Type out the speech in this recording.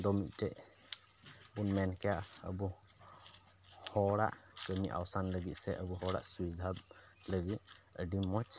ᱫᱚ ᱢᱤᱫᱴᱮᱡ ᱵᱚᱱ ᱢᱮᱱ ᱠᱮᱭᱟ ᱟᱵᱚ ᱦᱚᱲᱟᱜ ᱠᱟᱹᱢᱤ ᱟᱣᱥᱟᱱ ᱞᱟᱹᱜᱤᱫ ᱥᱮ ᱟᱵᱚ ᱦᱚᱲᱟᱜ ᱥᱩᱵᱤᱫᱟ ᱞᱟᱹᱜᱤᱫ ᱟᱹᱰᱤ ᱢᱚᱡᱽ